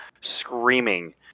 screaming